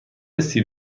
سیب